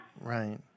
Right